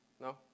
No